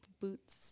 boots